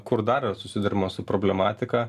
kur dar yra susiduriama su problematika